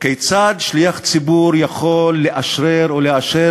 כיצד שליח ציבור יכול לאשרר ולאשר